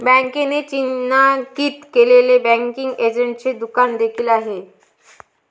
बँकेने चिन्हांकित केलेले बँकिंग एजंटचे दुकान देखील आहे